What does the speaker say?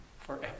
forever